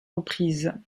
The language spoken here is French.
reprises